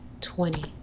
twenty